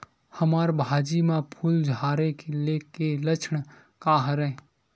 हमर भाजी म फूल झारे के लक्षण का हरय?